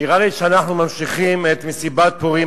נראה לי שאנחנו ממשיכים את מסיבת פורים,